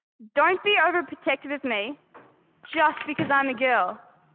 don't be overprotective of me just because i'm a girl.